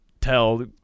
tell